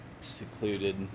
secluded